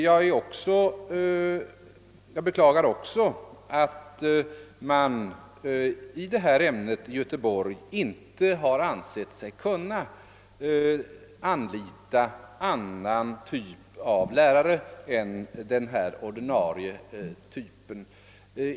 Jag beklagar också att man i Göteborg inte har ansett sig kunna anlita annan typ av lärare i detta ämne än ordinarie.